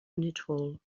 neutral